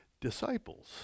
disciples